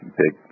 big